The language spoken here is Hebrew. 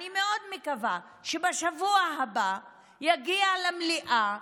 אני מאוד מקווה בשבוע הבא תגיע למליאה